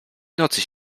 nocy